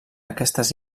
aquestes